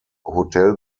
hotel